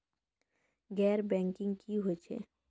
गैर बैंकिंग की होय छै?